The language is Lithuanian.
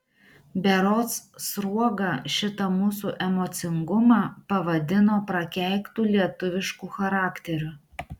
berods sruoga šitą mūsų emocingumą pavadino prakeiktu lietuvišku charakteriu